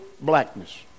blackness